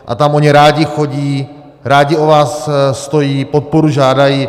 A tam oni rádi chodí, rádi o vás stojí, podporu žádají.